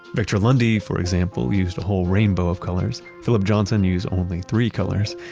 victor lundy, for example, used a whole rainbow of colors. philip johnson used only three colors,